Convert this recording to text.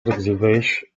exhibeix